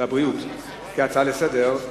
והבריאות כהצעה לסדר-היום,